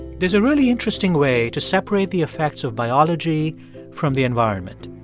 there's a really interesting way to separate the effects of biology from the environment.